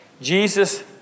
Jesus